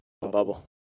Bubble